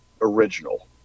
original